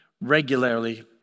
regularly